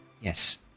Yes